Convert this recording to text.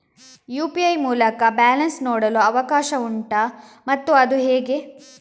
UPI ಮೂಲಕ balance ನೋಡಲು ಅವಕಾಶ ಉಂಟಾ ಮತ್ತು ಅದು ಹೇಗೆ?